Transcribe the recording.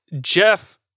Jeff